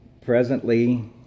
presently